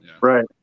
right